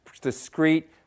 discrete